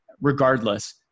regardless